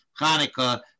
Hanukkah